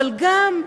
אבל גם,